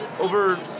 over